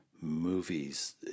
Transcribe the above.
Movies